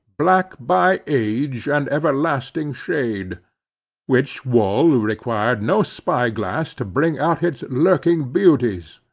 black by age and everlasting shade which wall required no spy-glass to bring out its lurking beauties,